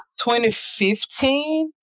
2015